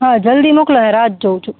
હ જલ્દી મોકલાયે રાહ જ જોવું છું